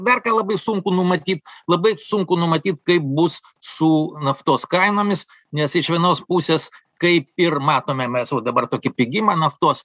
dar ką labai sunku numatyt labai sunku numatyt kaip bus su naftos kainomis nes iš vienos pusės kaip ir matome mes jau dabar tokį pigimą naftos